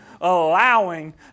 allowing